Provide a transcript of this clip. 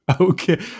okay